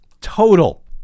total